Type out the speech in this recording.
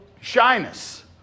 shyness